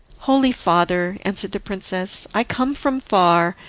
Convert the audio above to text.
holy father, answered the princess, i come from far,